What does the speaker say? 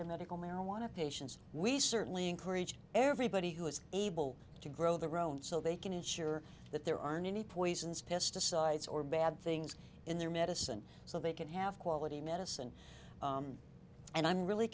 nickel marijuana patients we certainly encourage everybody who is able to grow their own so they can ensure that there aren't any poisons pesticides or bad things in their medicine so they can have quality medicine and i'm really